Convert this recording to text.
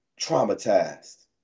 traumatized